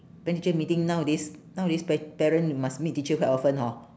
parent teacher meeting nowadays nowadays pa~ parent must meet teacher quite often hor